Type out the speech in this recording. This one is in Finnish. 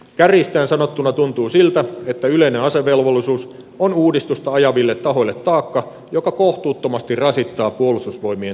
kärjistäen sanottuna tuntuu siltä että yleinen asevelvollisuus on uudistusta ajaville tahoille taakka joka kohtuuttomasti rasittaa puolustusvoimien taloutta